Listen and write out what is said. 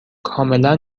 کاملا